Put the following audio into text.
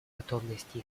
готовности